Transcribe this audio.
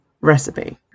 recipe